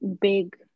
big